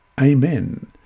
Amen